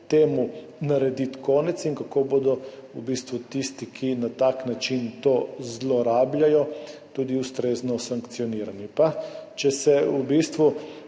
temu narediti konec in kako bodo tisti, ki na tak način to zlorabljajo, tudi ustrezno sankcionirani.